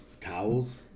towels